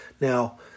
Now